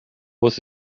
was